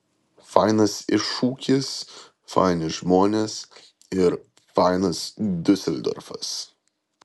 fainas iššūkis faini žmonės ir fainas diuseldorfas